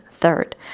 Third